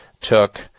took